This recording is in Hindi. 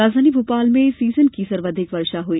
राजधानी भोपाल में इस सिजन की सर्वाधिक वर्षा हुई